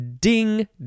ding